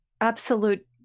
absolute